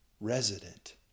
resident